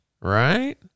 right